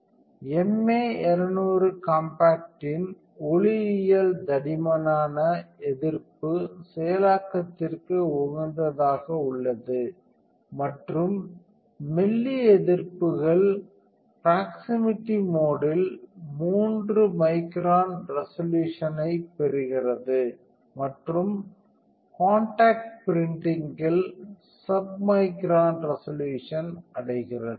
MA 200 காம்பாக்டின் ஒளியியல் தடிமனான எதிர்ப்பு செயலாக்கத்திற்கு உகந்ததாக உள்ளது மற்றும் மெல்லிய எதிர்ப்புகள் ப்ரோக்ஸிமிட்டி மோடில் 3 மைக்ரான் ரெசொலூஷன் பெறுகிறது மற்றும் காண்டாக்ட் பிரின்டிங் இல் சப்மிக்ரான் ரெசொலூஷன் அடைகிறது